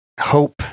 hope